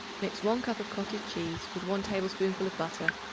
mix one cup of cottage cheese with one tablespoonful of butter,